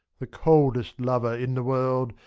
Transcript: the coldest lover in the world.